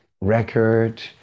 record